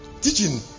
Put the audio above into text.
Teaching